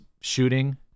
shooting